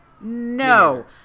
No